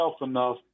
enough